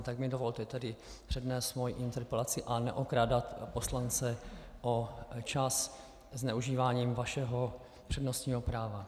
Tak mi dovolte tady přednést svou interpelaci a neokrádat poslance o čas zneužíváním vašeho přednostního práva.